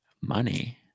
money